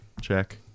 check